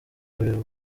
buri